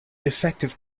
defective